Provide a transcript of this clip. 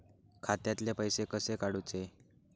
खात्यातले पैसे कसे काडूचे?